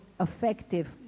effective